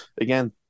again